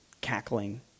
cackling